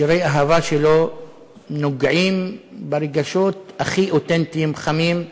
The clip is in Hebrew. שירי האהבה שלו נוגעים ברגשות הכי אותנטיים, חמים,